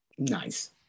Nice